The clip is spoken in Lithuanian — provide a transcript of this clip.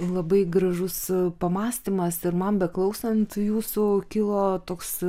labai gražus pamąstymas ir man beklausant jūsų kilo toks